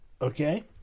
Okay